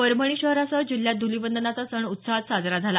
परभणी शहरासह जिल्ह्यात ध्रलिवंदनाचा सण उत्साहात साजरा झाला